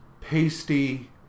pasty